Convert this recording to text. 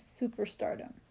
superstardom